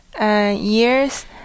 years